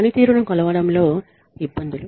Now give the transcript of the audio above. పనితీరును కొలవడంలో ఇబ్బందులు